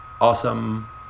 awesome